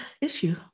issue